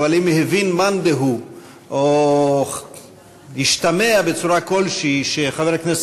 אבל אם הבין מאן דהוא או השתמע בצורה כלשהי שחבר הכנסת